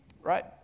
right